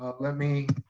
ah let me